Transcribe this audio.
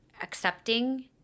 accepting